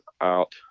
out